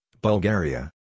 Bulgaria